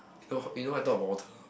you know you know why I talk about water